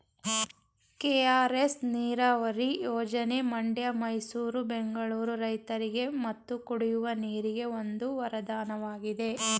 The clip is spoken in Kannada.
ಕೆ.ಆರ್.ಎಸ್ ನೀರವರಿ ಯೋಜನೆ ಮಂಡ್ಯ ಮೈಸೂರು ಬೆಂಗಳೂರು ರೈತರಿಗೆ ಮತ್ತು ಕುಡಿಯುವ ನೀರಿಗೆ ಒಂದು ವರದಾನವಾಗಿದೆ